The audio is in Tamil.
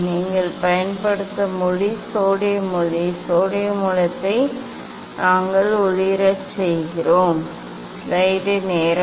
நீங்கள் பயன்படுத்தும் ஒளி சோடியம் ஒளி சோடியம் மூலத்தை நாங்கள் ஒளிரச் செய்கிறோம் என்று அது கூறுகிறது